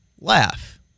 laugh